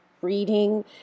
reading